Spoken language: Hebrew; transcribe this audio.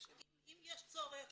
אם יש צורך